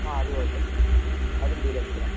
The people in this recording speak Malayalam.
ആ അത് കുഴപ്പമില്ല അതും ഡീലാക്കിത്തരാം